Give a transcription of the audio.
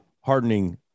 hardening